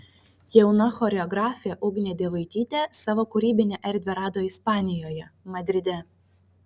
jauna choreografė ugnė dievaitytė savo kūrybinę erdvę rado ispanijoje madride